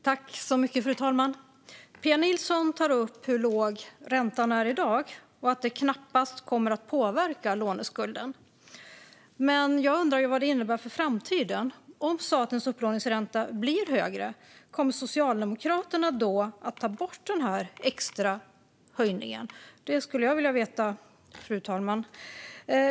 Fru talman! Pia Nilsson tar upp hur låg räntan är i dag och att detta knappast kommer att påverka låneskulden. Men jag undrar vad det innebär för framtiden. Om statens upplåningsränta blir högre, kommer Socialdemokraterna då att ta bort den här extra höjningen? Det skulle jag vilja veta, fru talman.